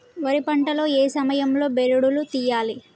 వరి పంట లో ఏ సమయం లో బెరడు లు తియ్యాలి?